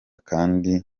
kdi